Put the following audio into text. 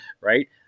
right